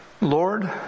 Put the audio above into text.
Lord